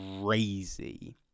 crazy